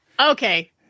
okay